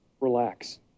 relax